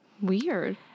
Weird